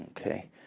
Okay